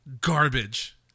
Garbage